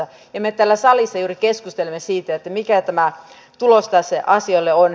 ja me täällä salissa juuri keskustelemme siitä mikä tämä tulostase asioille on